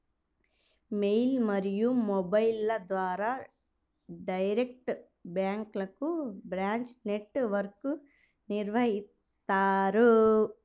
mail మరియు మొబైల్ల ద్వారా డైరెక్ట్ బ్యాంక్లకు బ్రాంచ్ నెట్ వర్క్ను నిర్వహిత్తారు